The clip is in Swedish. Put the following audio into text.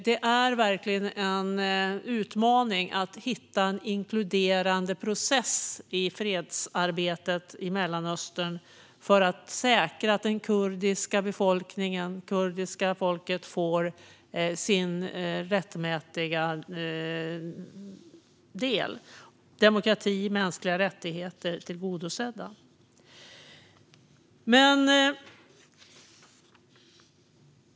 Det är verkligen en utmaning att hitta en inkluderande process i fredsarbetet i Mellanöstern för att säkra att det kurdiska folket får sin rättmätiga del av demokrati och mänskliga rättigheter tillgodosedd.